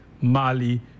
Mali